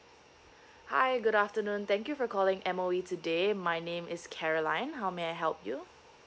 hi good afternoon thank you for calling M_O_E today my name is caroline how may I help you